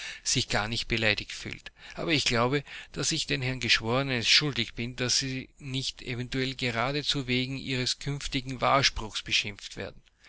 sich gar nicht beleidigt fühlt aber ich glaube daß ich den herren geschworenen es schuldig bin daß sie nicht eventuell geradezu wegen ihres künftigen wahrspruchs beschimpft werden